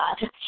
God